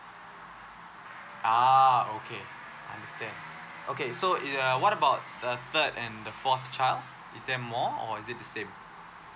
ah okay understand okay so uh what about the third and the fourth child is there more or is it the same